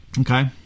Okay